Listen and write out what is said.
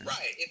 Right